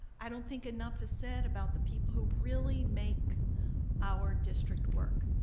i don't think enough is said about the people who really make our district work,